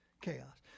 chaos